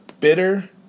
bitter